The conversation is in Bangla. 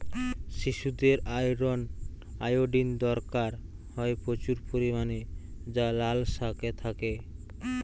শিশুদের আয়রন, আয়োডিন দরকার হয় প্রচুর পরিমাণে যা লাল শাকে থাকে